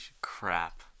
crap